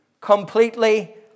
completely